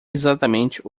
exatamente